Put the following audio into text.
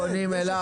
אתם פונים אליי,